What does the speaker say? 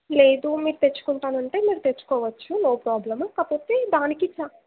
లేదు మీరు తెచ్చుకుంటాను అంటే మీరు తెచ్చుకోవచ్చు నో ప్రాబ్లం కాకపోతే దానికి చ